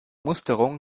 musterung